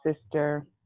Sister